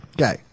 Okay